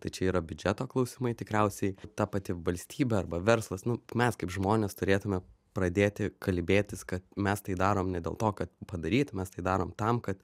tai čia yra biudžeto klausimai tikriausiai ta pati valstybė arba verslas nu mes kaip žmonės turėtume pradėti kalbėtis kad mes tai darom ne dėl to kad padaryt mes tai darom tam kad